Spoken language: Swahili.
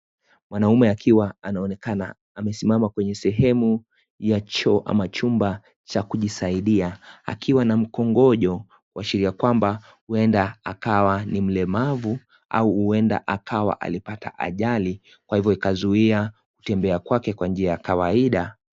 Mwanaume akiwa anaonekana amesimama kwenye sehemu ya choo ama chumba cha kujisaidia akiwa na mkongojo kuashiria kwamba huenda akawa ni mlemavu au huenda akawa alipata ajali kwa hivo ikazuia kutembea kwake kwa njia ya kawaida.